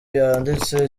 yanditse